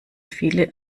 viele